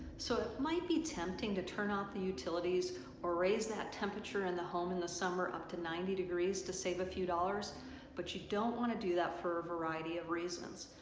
so it might be tempting to turn off the utilities or raise that temperature in the home in the summer up to ninety degrees to save a few dollars but you don't want to do that for a variety of reasons.